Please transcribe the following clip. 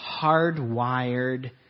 hardwired